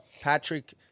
Patrick